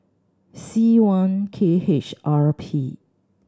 C one K H R P